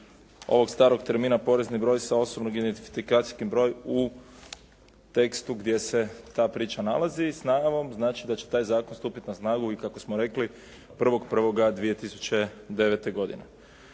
ovog starog termina "porezni broj" sa "osobni identifikacijski broj" u tekstu gdje se ta priča nalazi s najavom znači da će taj zakon stupit na snagu, kako smo rekli, 1.1.2009. godine.